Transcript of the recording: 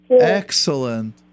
Excellent